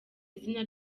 izina